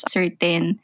certain